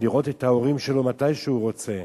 לראות את ההורים שלו מתי שהוא רוצה,